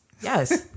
yes